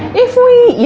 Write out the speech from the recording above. if we, you